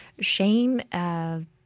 Shame –